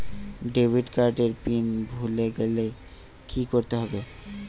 Debit card এর pin ভুলে গেলে কি করতে হবে?